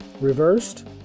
Reversed